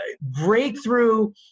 breakthrough